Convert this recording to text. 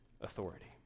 authority